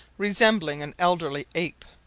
resembling an elderly ape.